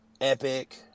Epic